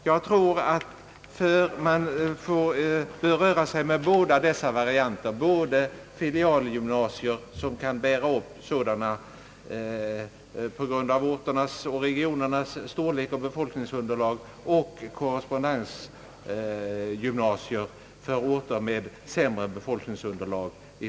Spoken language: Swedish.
Vi bör därför, anser jag, för framtiden inrikta oss på båda dessa varianter — filialgymnasier där sådana är motiverade med hänsyn till befolkningsunderlaget och korrespondensgymnasier på orter med mindre befolkningsunderlag.